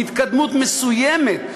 בהתקדמות מסוימת,